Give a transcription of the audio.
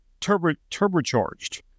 Turbocharged